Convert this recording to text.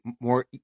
more